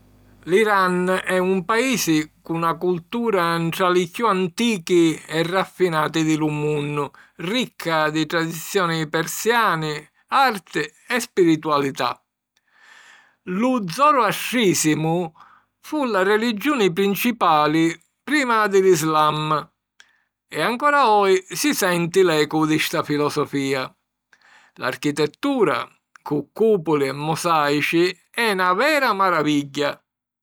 L’Iran è un paisi cu na cultura ntra li chiù antichi e raffinati di lu munnu, ricca di tradizioni persiani, arti e spiritualità. Lu Zoroastrìsimu fu la religiuni principali prima di l’Islam, e ancora oji si senti l’ecu di sta filosofìa. L’architettura cu cùpuli e mosàici è na vera maravigghia.